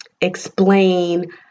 explain